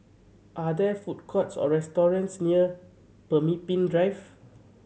are there food courts or restaurants near Pemimpin Drive